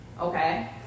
okay